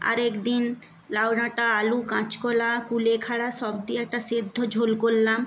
আরেক দিন লাউ ডাঁটা আলু কাঁচকলা কুলেখাড়া সব দিয়ে একটা সেদ্ধ ঝোল করলাম